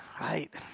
Right